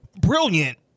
brilliant